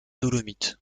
dolomites